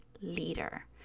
leader